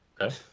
Okay